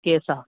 केह् स्हाब